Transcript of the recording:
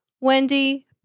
Wendy